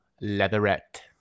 Leatherette